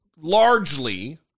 Largely